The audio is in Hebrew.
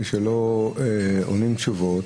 כי כשלא עונים תשובות,